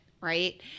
right